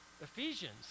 Ephesians